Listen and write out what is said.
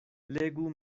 legu